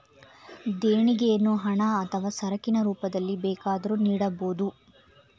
ದೇಣಿಗೆಯನ್ನು ಹಣ ಅಥವಾ ಸರಕಿನ ರೂಪದಲ್ಲಿ ಬೇಕಾದರೂ ನೀಡಬೋದು